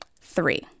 Three